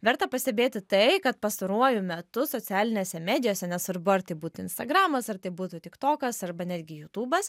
verta pastebėti tai kad pastaruoju metu socialinėse medijose nesvarbu ar tai būtų instagramas ar tai būtų tik tokas arba netgi jutūbas